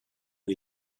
and